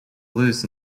blues